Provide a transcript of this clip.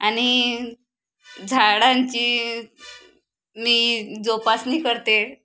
आणि झाडांची मी जोपासना करते